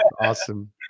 Awesome